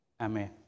Amen